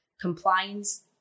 compliance